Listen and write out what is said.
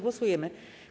Głosujemy.